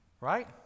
Right